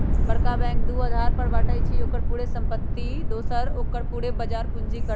बरका बैंक के दू अधार पर बाटइ छइ, ओकर पूरे संपत्ति दोसर ओकर पूरे बजार पूंजीकरण